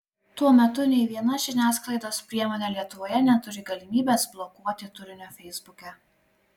tuo metu nei viena žiniasklaidos priemonė lietuvoje neturi galimybės blokuoti turinio feisbuke